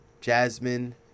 jasmine